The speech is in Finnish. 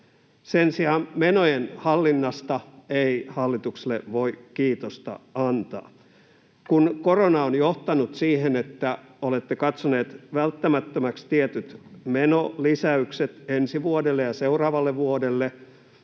Sen sijaan menojen hallinnasta ei hallitukselle voi kiitosta antaa. Kun korona on johtanut siihen, että olette katsoneet välttämättömiksi tietyt menolisäykset ensi vuodelle ja seuraavalle vuodelle,